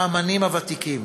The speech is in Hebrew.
האמנים הוותיקים